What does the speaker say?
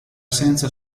senza